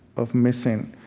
of missing,